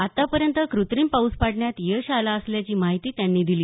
आतापर्यंत क्रत्रिम पाऊस पाडण्यात यशं आलं असल्याची माहिती त्यांनी दिली